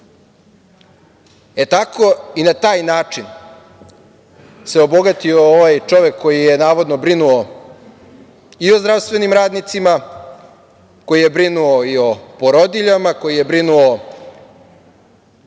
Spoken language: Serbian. E tako i na taj način se obogatio ovaj čovek koji je navodno brinuo i o zdravstvenim radnicima, koji je brinuo i o porodiljama, koji je brinuo